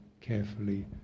carefully